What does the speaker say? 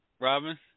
Robin